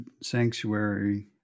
sanctuary